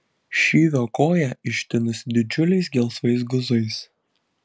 šyvio koja ištinusi didžiuliais gelsvais guzais